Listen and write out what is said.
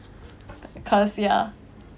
cause ya